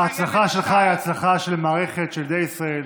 ההצלחה שלך היא הצלחה של המערכת, של ילדי ישראל,